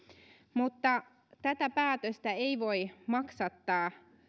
mutta tätä päätöstä ei voi maksattaa